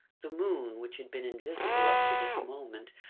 the moon, which had been invisible up to this moment,